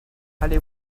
allez